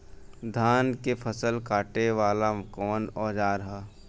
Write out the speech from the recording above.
धान के फसल कांटे वाला कवन औजार ह?